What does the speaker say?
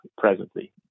presently